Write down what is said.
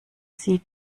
sie